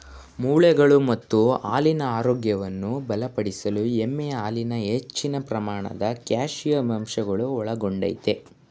ಮೂಳೆಗಳು ಮತ್ತು ಹಲ್ಲಿನ ಆರೋಗ್ಯವನ್ನು ಬಲಪಡಿಸಲು ಎಮ್ಮೆಯ ಹಾಲಿನಲ್ಲಿ ಹೆಚ್ಚಿನ ಪ್ರಮಾಣದ ಕ್ಯಾಲ್ಸಿಯಂ ಅಂಶಗಳನ್ನು ಒಳಗೊಂಡಯ್ತೆ